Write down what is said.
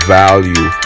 value